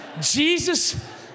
Jesus